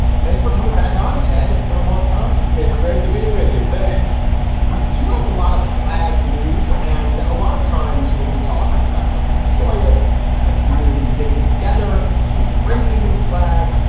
thanks for coming back on, ted. it's been a long time it's great to be with you. thanks we do have a lot of flag news and a lot of times when we talk, it's about something joyous and a community getting together to embrace a new flag.